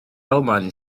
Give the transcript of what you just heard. almaen